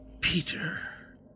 Peter